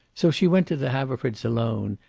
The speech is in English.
so she went to the haverfords alone,